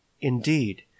Indeed